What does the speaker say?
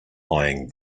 eyeing